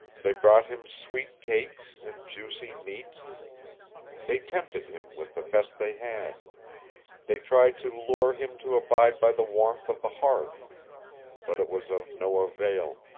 they brought him sweet cakes and juicy meats they tempted him with the best they had they tried to lure him to abide by the warmth of the hearth but it was of no avail.